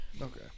Okay